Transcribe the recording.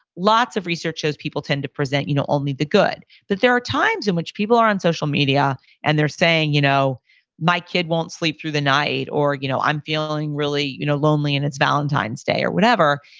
lots of researchers, people tend to present you know only the good. but there are times in which people are on social media and they're saying, you know my kid won't sleep through the night, or you know i'm feeling really you know lonely and it's valentine's day or whatever.